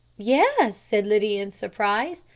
yes, said lydia in surprise.